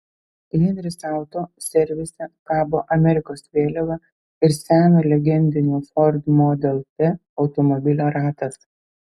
henris auto servise kabo amerikos vėliava ir seno legendinio ford model t automobilio ratas